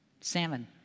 Salmon